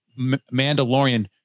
mandalorian